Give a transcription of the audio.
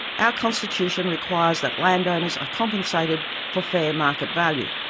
our constitution requires that landowners are compensated for fair market value.